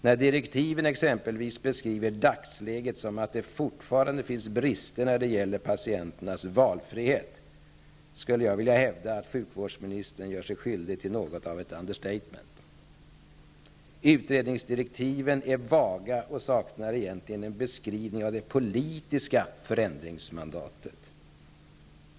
När dagsläget exempelvis beskrivs i direktiven som att det ''fortfarande finns brister när det gäller patienternas valfrihet'', skulle jag vilja hävda att sjukvårdsministern gör sig skyldig till något av ett Utredningsdirektiven är vaga och saknar egentligen en beskrivning av det politiska förändringsmandatet.